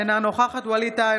אינה נוכחת ווליד טאהא,